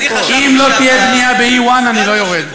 אם לא תהיה בנייה ב-E1 אני לא יורד.